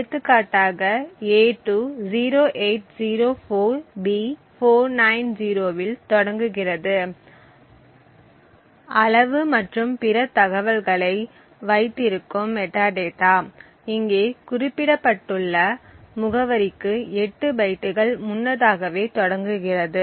எடுத்துக்காட்டாக a2 0804B490 இல் தொடங்குகிறது அளவு மற்றும் பிற தகவல்களை வைத்திருக்கும் மெட்டாடேட்டா இங்கே குறிப்பிடப்பட்டுள்ள முகவரிக்கு 8 பைட்டுகள் முன்னதாகவே தொடங்குகிறது